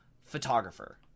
photographer